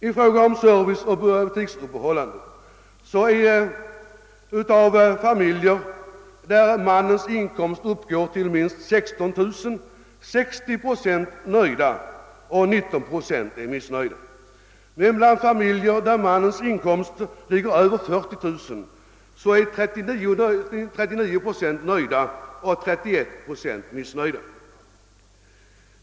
Beträffande service och öppethållande har man funnit att av familjer där mannens inkomst uppgår till minst 16 000 kronor är 60 procent nöjda och 19 procent missnöjda, medan av familjer där mannens inkomst överstiger 40 000 kronor är 39 procent nöjda och 31 procent missnöjda.